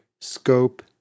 scope